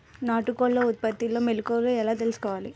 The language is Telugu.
నాటుకోళ్ల ఉత్పత్తిలో మెలుకువలు ఎలా తెలుసుకోవాలి?